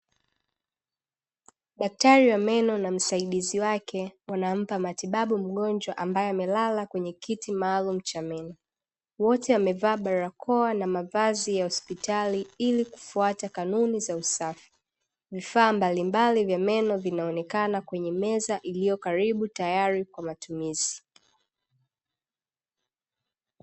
Daktari wa meno na msaidizi wake wanampa matibabu mgonjwa ambaye amelala kwenye kiti maalumu cha meno, wote wamevaa barakoa na mavazi ya hospitali ili kufuata kanuni za usafi. Vifaa mbalimbali vya meno vinaonekana kwenye meza iliyo karibu tayari kwa matumizi.